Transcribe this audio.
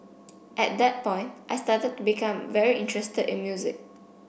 at that point I started to become very interested in music